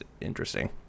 interesting